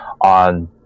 on